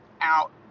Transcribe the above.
out